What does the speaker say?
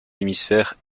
hémisphères